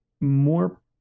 more